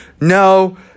No